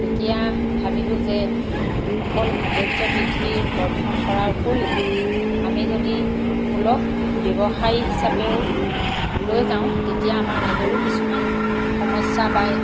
যেতিয়া ভাবিলোঁ যে অকল সৌন্দৰ্য্য বৃদ্ধি বৰ্দ্ধন কৰাৰ উপৰিও আমি যদি ফুলক ব্যৱসায়ী হিচাপেও লৈ যাওঁ তেতিয়া আমাৰ নিজৰো কিছুমান সমস্যা বা